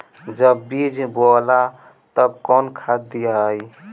जब बीज बोवाला तब कौन खाद दियाई?